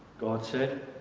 god said,